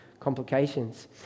Complications